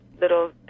little